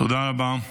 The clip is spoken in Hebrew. תודה רבה.